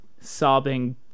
sobbing